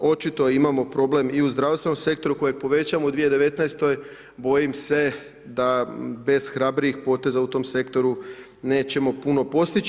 Očito imamo problem i u zdravstvenom sektoru koji je povećan u 2019. bojim se da bez hrabrijih poteza u tom sektoru nećemo puno postići.